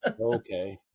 Okay